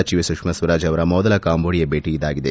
ಸಚಿವೆ ಸುಷ್ನಾ ಸ್ವರಾಜ್ ಅವರ ಮೊದಲ ಕಾಂಬೋಡಿಯಾ ಭೇಟಿ ಇದಾಗಿದೆ